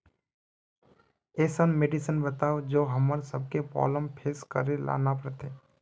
ऐसन मेडिसिन बताओ जो हम्मर सबके प्रॉब्लम फेस करे ला ना पड़ते?